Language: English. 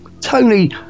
Tony